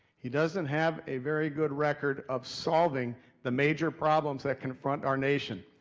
he doesn't have a very good record of solving the major problems that confront our nation.